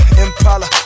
impala